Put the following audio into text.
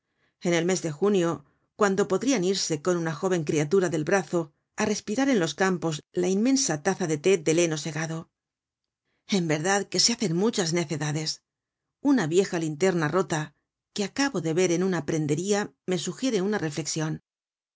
en el mes de junio cuando podrian irse con una jóven criatura del brazo á respirar en los campos la inmensa taza de té del heno segado en verdad que se hacen muchas necedades una vieja linterna rota que acabo de ver en una prendería me sugiere una reflexion